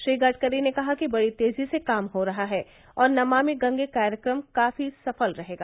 श्री गडकरी ने कहा कि बड़ी तेजी से काम हो रहा है और नमामि गंगे कार्यक्रम काफी सफल रहेगा